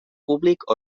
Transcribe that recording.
públic